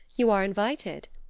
you are invited.